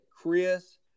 Chris